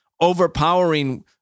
overpowering